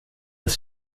des